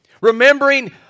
remembering